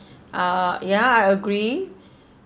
ah ya I agree